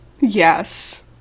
Yes